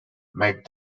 met